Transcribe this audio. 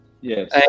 Yes